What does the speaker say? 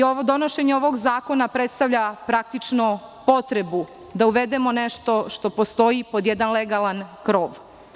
Donošenje ovog zakona predstavlja praktično potrebu da uvedemo nešto što postoji pod jedan legalan krov.